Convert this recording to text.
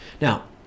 Now